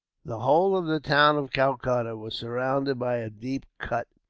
the whole of the town of calcutta was surrounded by a deep cut,